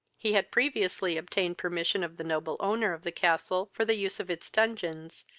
he had previously obtained permission of the noble owner of the castle for the use of its dungeons,